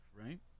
right